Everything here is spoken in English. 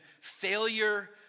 Failure